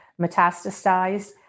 metastasized